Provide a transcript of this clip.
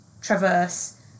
traverse